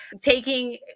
Taking